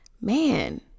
Man